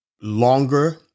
Longer